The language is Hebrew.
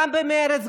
גם במרצ,